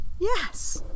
Yes